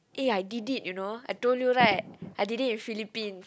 eh I did it you know I told you right I did it in Philippines